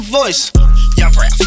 voice